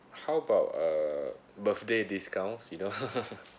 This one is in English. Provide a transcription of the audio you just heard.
how about uh birthday discounts you know